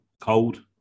cold